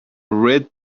read